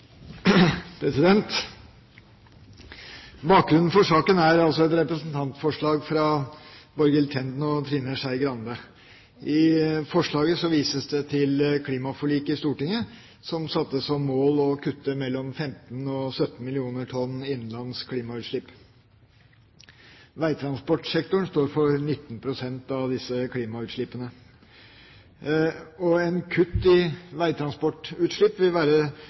et representantforslag fra Borghild Tenden og Trine Skei Grande. I forslaget vises det til klimaforliket i Stortinget, som satte som mål å kutte mellom 15 og 17 millioner tonn innenlands klimautslipp. Veitransportsektoren står for 19 pst. av disse klimautslippene. Et kutt i veitransportutslippene vil være